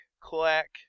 Clack